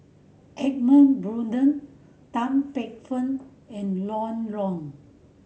Edmund Blundell Tan Paey Fern and Ron Wong